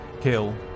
kill